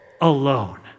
alone